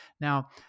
Now